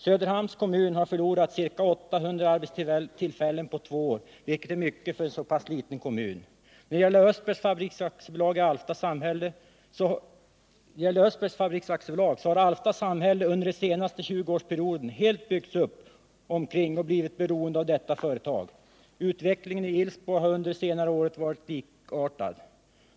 Söderhamns kommun har förlorat ca 800 arbetstillfällen på två år, vilket är mycket för en så pass liten kommun. När det gäller Östbergs Fabriks AB så har Alfta samhälle under den senaste 20-årsperioden helt byggts upp omkring och blivit beroende av detta företag. Utvecklingen i Ilsbo har under senare år varit likartad.